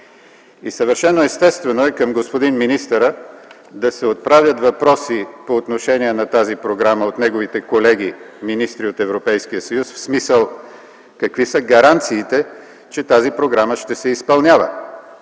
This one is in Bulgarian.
е съвършено естествено към господин министъра да се отправят въпроси по отношение на тази програма от неговите колеги министри от Европейския съюз, в смисъл какви са гаранциите, че тази програма ще се изпълнява.